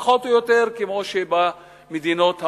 פחות או יותר כמו במדינות ה-OECD,